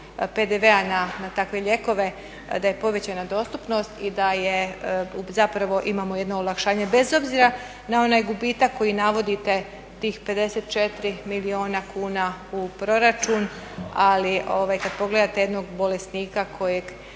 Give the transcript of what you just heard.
PDV-a na takve lijekove, da je povećana dostupnost i da je, zapravo imamo jedno olakšanje bez obzira na onaj gubitak koji navodite tih 54 milijuna kuna u proračun, ali kad pogledate jednog bolesnika kad